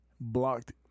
blocked